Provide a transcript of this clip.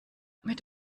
mit